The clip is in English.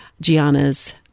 Gianna's